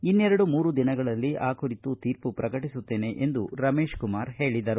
ಇನ್ನೆರಡು ಮೂರು ದಿನಗಳಲ್ಲಿ ಆ ಕುರಿತು ತೀರ್ಮ ಪ್ರಕಟಿಸುತ್ತೇನೆ ಎಂದು ರಮೇಶಕುಮಾರ ಹೇಳಿದರು